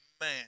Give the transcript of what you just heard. Man